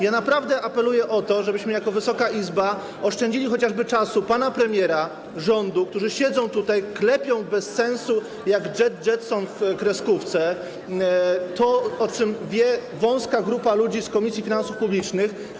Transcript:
Ja naprawdę apeluję o to, żebyśmy jako Wysoka Izba oszczędzali chociażby czas pana premiera, przedstawicieli rządu, którzy siedzą tutaj, klepią bez sensu jak Jet Jetson w kreskówce to, o czym wie wąska grupa ludzi z Komisji Finansów Publicznych.